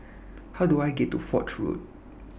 How Do I get to Foch Road